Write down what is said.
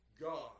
God